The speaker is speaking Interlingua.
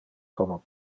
como